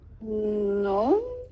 No